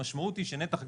המשמעות היא שנתח גדול,